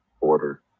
order